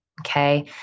Okay